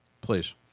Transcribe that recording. Please